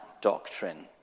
doctrine